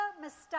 mistake